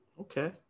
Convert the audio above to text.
Okay